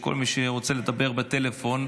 כל מי שרוצה לדבר בטלפון,